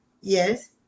Yes